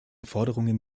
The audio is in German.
forderungen